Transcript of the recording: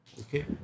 Okay